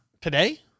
Today